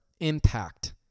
impact